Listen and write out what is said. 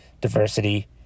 diversity